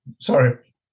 sorry